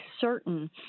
certain